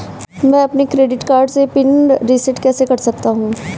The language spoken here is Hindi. मैं अपने क्रेडिट कार्ड का पिन रिसेट कैसे कर सकता हूँ?